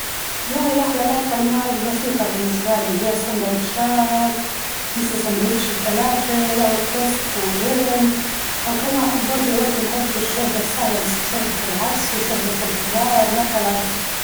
والله أحلى الأطعمة البسيطة بالنسبة لي هي السندوتشات مسل ساندويتش الفلافل أو التوست مع جبن، أو كما أحب برضه برضه نحب في الشوربة السهلة مسل شوربة العدس وشوربة الخضار متلاً.